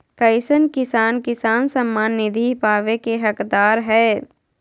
कईसन किसान किसान सम्मान निधि पावे के हकदार हय?